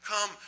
come